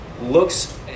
looks